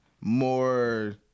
more